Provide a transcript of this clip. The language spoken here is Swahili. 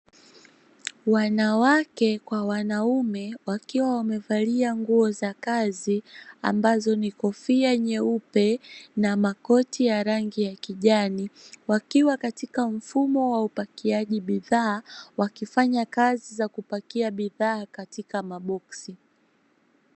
Wanawake kwa wanaume wakiwa wamevalia nguo za kazi, ambazo ni kofia nyeupe na makoti ya rangi ya kijani, wakiwa katika mfumo wa upakiaji bidhaa wakifanya kazi za kupakia bidhaa katika maboksi.